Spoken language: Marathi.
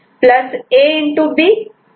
C' A